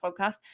podcast